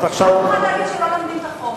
אף אחד לא יגיד שלא לומדים את החומר.